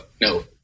no